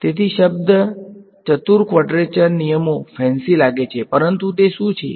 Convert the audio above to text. તેથી શબ્દ ચતુ કવાડ્રેચરના નિયમો ફેન્સી લાગે છે પરંતુ તે શું છે